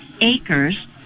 acres